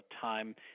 time